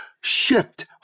Shift